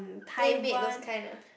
playmate those kind ah